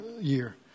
year